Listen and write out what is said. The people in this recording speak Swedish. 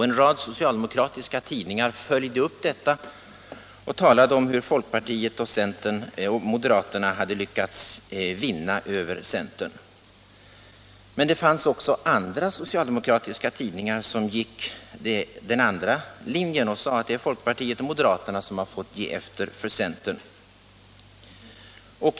En rad socialdemokratiska tidningar följde upp detta och talade om hur folkpartiet och moderaterna hade lyckats vinna över centern. Men det finns andra socialdemokratiska tidningar som gick på den andra linjen och sade att det är folkpartiet och moderaterna som har fått ge efter för centern.